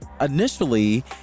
Initially